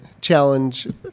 challenge